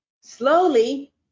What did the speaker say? slowly